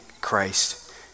Christ